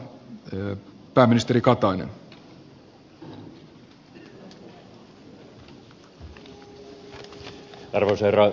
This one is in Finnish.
arvoisa herra puhemies